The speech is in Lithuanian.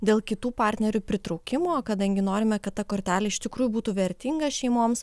dėl kitų partnerių pritraukimo kadangi norime kad ta kortelė iš tikrųjų būtų vertinga šeimoms